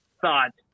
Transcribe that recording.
thought